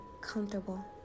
comfortable